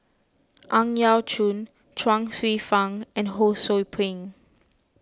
Ang Yau Choon Chuang Hsueh Fang and Ho Sou Ping